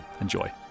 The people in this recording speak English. Enjoy